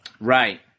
Right